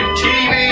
tv